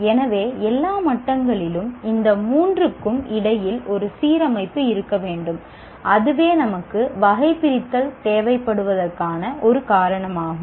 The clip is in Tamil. எனவே எல்லா மட்டங்களிலும் இந்த மூன்றுக்கும் இடையில் ஒரு சீரமைப்பு இருக்க வேண்டும் அதுவே நமக்கு வகைபிரித்தல் தேவைப்படுவதற்கான ஒரு காரணமாகும்